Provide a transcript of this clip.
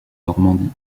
normandie